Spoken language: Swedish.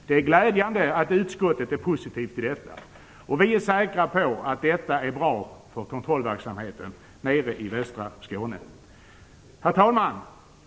Det är glädjande att utskottet är positivt till detta. Vi är säkra på att detta är bra för kontrollverksamheten nere i västra Skåne. Herr talman!